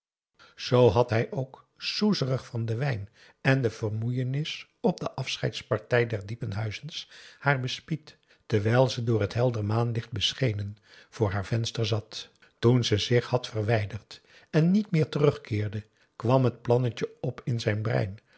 zoo had hij ook soezerig van den wijn en de vermoeienis op de afscheidspartij der diephuizens haar bespied terwijl ze door t helder maanlicht beschenen voor haar venster zat toen ze zich had verwijderd en niet meer terugkeerde kwam het plannetje op in zijn brein